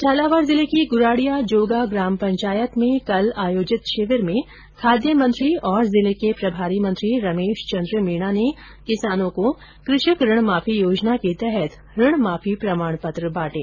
झालावाड़ जिले की ग्रांडिया जोगा ग्राम पंचायत में कल आयोजित शिविर में खाद्य मंत्री और जिले के प्रभारी मंत्री रमेश चन्द्र मीणा ने किसानों को कृषक ऋण माफी योजना के तहत ऋण माफी प्रमाण पत्र बांटे